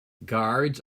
guards